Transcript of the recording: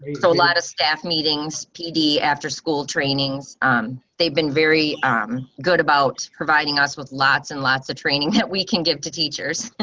so, lot of staff meetings pd after school trainings, um, they've been very um good about providing us with lots and lots of training that we can give to teachers.